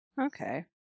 okay